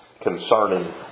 concerning